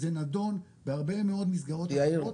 זה נדון בהרבה מאוד מסגרות אחרות.